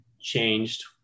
changed